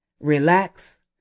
relax